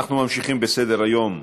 אנחנו ממשיכים בסדר-היום.